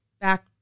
back